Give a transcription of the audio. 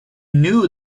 knew